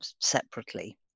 separately